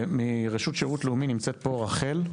מרשות השירות הלאומי-אזרחי נמצאת פה רחל?